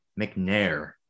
McNair